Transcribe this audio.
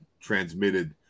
transmitted